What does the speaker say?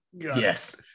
Yes